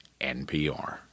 NPR